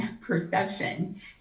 perception